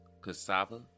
cassava